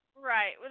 Right